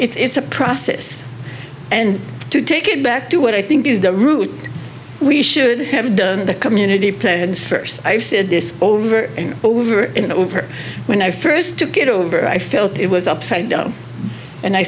it's a process and to take it back to what i think is the route we should have done in the community and first i've said this over and over and over when i first took it over i felt it was upside down and i